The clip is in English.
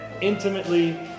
intimately